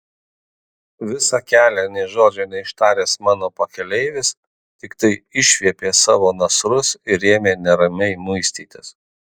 visą kelią nė žodžio neištaręs mano pakeleivis tiktai išviepė savo nasrus ir ėmė neramiai muistytis